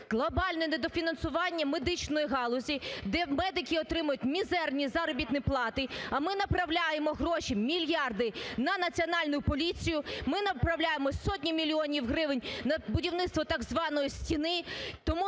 глобальне недофінансування медичної галузі, де медики отримують мізерні заробітні плати, а ми направляємо гроші, мільярди на Національну поліцію, ми направляємо сотні мільйонів гривень на будівництво так званої "стіни". Тому